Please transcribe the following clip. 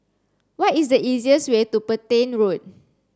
what is the easiest way to Petain Road